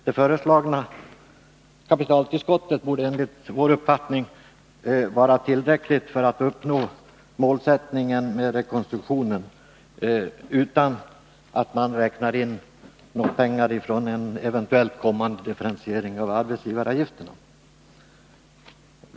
Det föreslagna kapitaltillskottet borde enligt vår uppfattning vara tillräckligt för att uppnå målet med rekonstruktionen, utan att man räknar in pengar från en eventuellt kommande differentiering av arbetsgivaravgifterna.